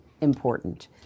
important